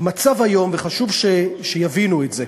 המצב היום, וחשוב שיבינו את זה,